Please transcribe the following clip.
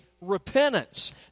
repentance